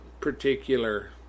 particular